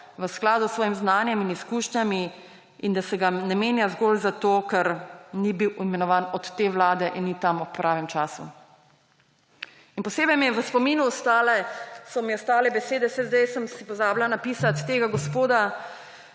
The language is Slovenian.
v skladu s svojim znanjem in izkušnjami in da se ga ne menja zgolj zato, ker ni bil imenovan od te vlade in ni tam ob pravem času. In posebej so mi v spominu ostale besede, saj zdaj sem si pozabila napisati, tega gospoda,